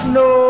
no